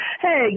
Hey